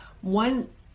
one